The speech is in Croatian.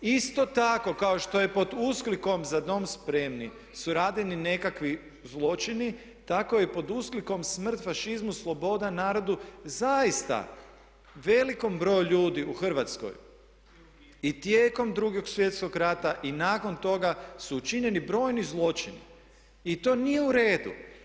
Isto tako kao što je pod usklikom „za dom spremni“ su rađeni nekakvi zločini, tako i pod usklikom „smrt fašizmu, sloboda narodu“ zaista velikom broju ljudi u Hrvatskoj i tijekom Drugog svjetskog rata i nakon toga su učinjeni brojni zločini i to nije u redu.